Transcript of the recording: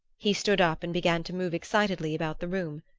he stood up and began to move excitedly about the room.